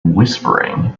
whispering